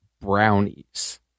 brownies